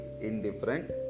indifferent